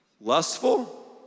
Lustful